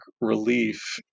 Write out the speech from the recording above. relief